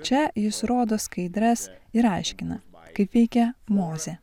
čia jis rodo skaidres ir aiškina kaip veikia mozė